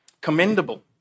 commendable